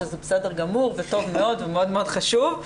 שזה בסדר גמור וטוב מאוד ומאוד מאוד חשוב,